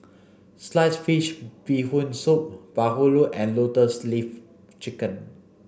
sliced fish bee Hoon soup Bahulu and lotus leaf chicken